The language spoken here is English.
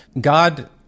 God